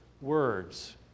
words